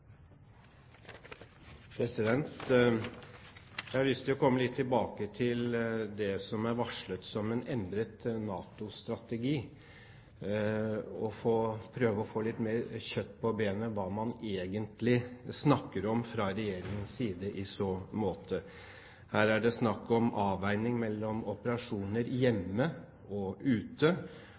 varslet som en endret NATO-strategi, og prøve å få litt mer kjøtt på benet når det gjelder hva man egentlig snakker om fra Regjeringens side i så måte. Her er det snakk om avveining mellom operasjoner hjemme og ute,